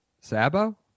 Sabo